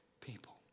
people